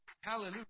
Hallelujah